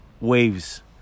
waves